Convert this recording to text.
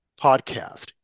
podcast